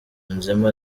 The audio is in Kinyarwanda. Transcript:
yunzemo